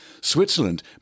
Switzerland